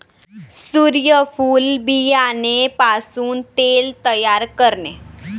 सूर्यफूल बियाणे पासून तेल तयार करणे